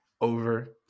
over